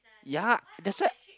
ya that's why